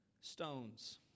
stones